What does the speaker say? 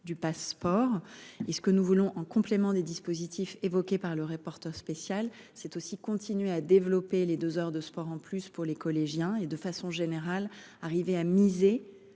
du Pass’Sport. En complément des dispositifs évoqués par le rapporteur spécial, nous voulons continuer de développer les deux heures de sport en plus pour les collégiens et, de façon générale, arriver à miser,